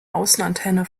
außenantenne